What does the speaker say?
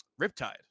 Riptide